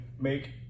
make